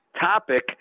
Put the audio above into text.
topic